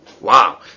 Wow